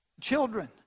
children